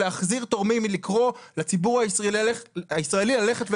להחזיר תורמים היא לקרוא לציבור הישראלי ללכת לתרום.